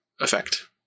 effect